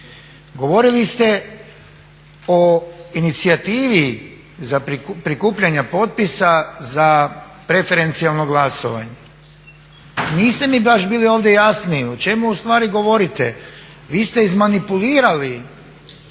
Govorili ste o inicijativi za prikupljanje potpisa za preferencijalno glasovanje. Niste mi baš bili ovdje jasni o čemu u stvari govorite. Vi ste izmanipulirali